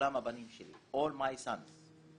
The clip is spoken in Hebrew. "כולם הבנים שלי, all my sons".